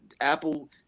Apple